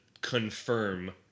confirm